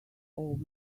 business